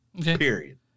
Period